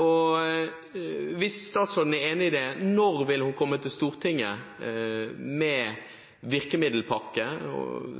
Og hvis statsråden er enig i det, når vil hun komme til Stortinget med virkemiddelpakke